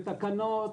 בתקנות,